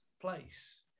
place